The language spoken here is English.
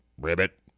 ribbit